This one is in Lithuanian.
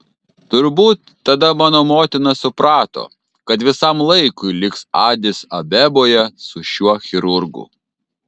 turbūt tada mano motina suprato kad visam laikui liks adis abeboje su šiuo chirurgu